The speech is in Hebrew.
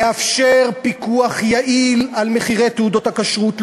לאפשר פיקוח יעיל על מחירי תעודות הכשרות,